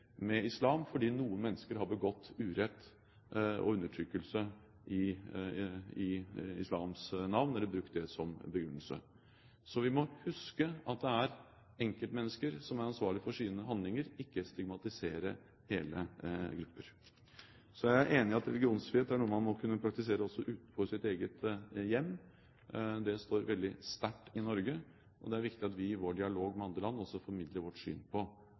med islam fordi noen mennesker har begått urett og undertrykkelse i islams navn, eller brukt det som begrunnelse. Vi må huske at det er enkeltmennesker som er ansvarlige for sine handlinger, vi må ikke stigmatisere hele grupper. Så er jeg enig i at religionsfrihet er noe man må kunne praktisere også utenfor sitt eget hjem. Det står veldig sterkt i Norge, og det er viktig at vi i vår dialog med andre land også formidler vårt syn på